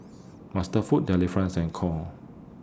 MasterFoods Delifrance and Knorr